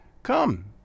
Come